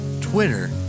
Twitter